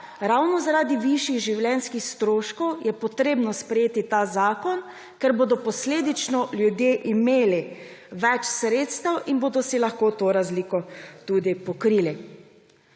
Ravno zaradi višjih življenjskih stroškov je potrebno sprejeti ta zakon, ker bodo posledično ljudje imeli več sredstev in si bodo lahko to razliko pokrili.